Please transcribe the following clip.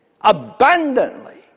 abundantly